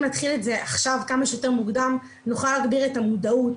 נתחיל את זה עכשיו כמה שיותר מוקדם נוכל להגביר את המודעות